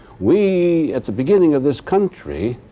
we, at the beginning of this country,